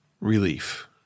relief